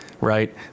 right